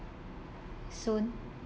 soon